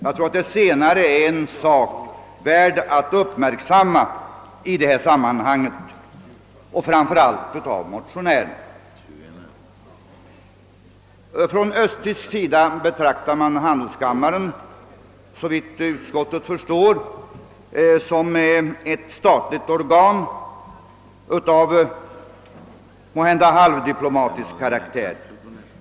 Jag tror att det senare är en sak värd att uppmärksammas, framför allt av motionärerna. Från östtysk sida betraktar man handelskammaren, såvitt utskottet förstår, som ett statligt organ av måhända halvdiplomatisk karaktär.